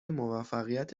موفقیت